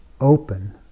Open